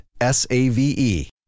S-A-V-E